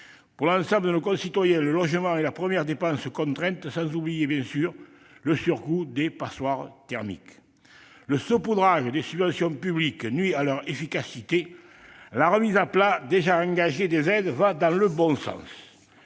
Pour l'ensemble de nos concitoyens, le logement est la première dépense contrainte, sans oublier bien sûr le surcoût des passoires thermiques. Le saupoudrage des subventions publiques nuit à leur efficacité. La remise à plat déjà engagée des aides va dans le bon sens.